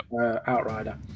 Outrider